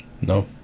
no